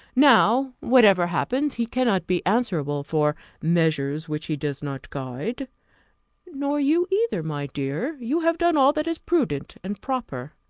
now, whatever happens, he cannot be answerable for measures which he does not guide nor you either, my dear you have done all that is prudent and proper.